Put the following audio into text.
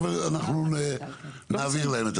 אנחנו נעביר להם.